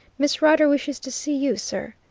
miss rider wishes to see you, sir,